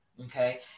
okay